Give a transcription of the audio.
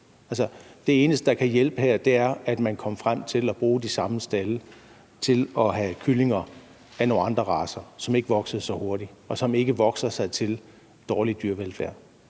Det eneste, der kan hjælpe her, er, at man kommer frem til at bruge de samme stalde til at have kyllinger af nogle andre racer, som ikke vokser så hurtigt, og som ikke vokser sig til en dårlig dyrevelfærd.